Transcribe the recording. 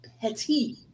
petty